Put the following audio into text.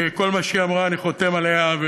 שכל מה שהיא אמרה אני חותם עליו,